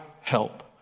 help